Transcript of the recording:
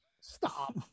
Stop